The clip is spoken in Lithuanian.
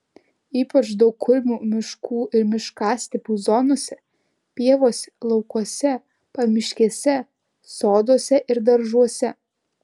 ypač daug kurmių miškų ir miškastepių zonose pievose laukuose pamiškėse soduose ir daržuose